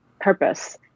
purpose